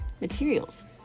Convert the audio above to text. materials